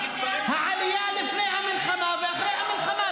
העלייה לפני המלחמה ואחרי המלחמה,